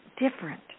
different